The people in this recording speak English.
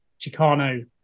Chicano